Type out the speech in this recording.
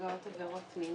נפגעות ונפגעי עבירות מין.